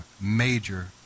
major